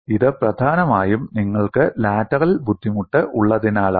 ഇത് പ്രധാനമായും നിങ്ങൾക്ക് ലാറ്ററൽ ബുദ്ധിമുട്ട് ഉള്ളതിനാലാണ്